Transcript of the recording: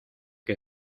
que